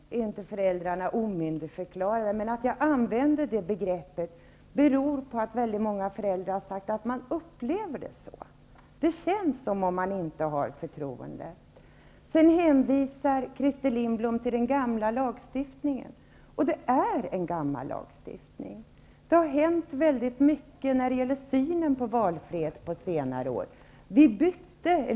Herr talman! Formellt är inte föräldrarna omyndigförklarade, men att jag använde det begreppet beror på att många föräldrar har sagt att man upplever det så; det känns som om man inte hade förtroende. Christer Lindblom hänvisade till den gamla lagstiftningen. Och det är en gammal lagstiftning. Det har hänt mycket när det gäller synen på valfrihet på senare år.